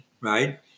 right